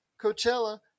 Coachella